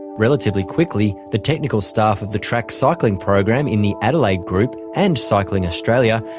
relatively quickly, the technical staff of the track cycling program in the adelaide group and cycling australia,